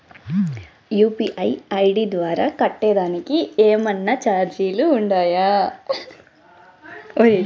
UPI ID ద్వారా కట్టేదానికి ఏమన్నా చార్జీలు ఉండాయా?